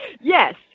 yes